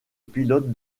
pilote